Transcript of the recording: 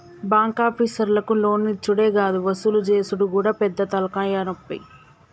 బాంకాపీసర్లకు లోన్లిచ్చుడే గాదు వసూలు జేసుడు గూడా పెద్ద తల్కాయనొప్పి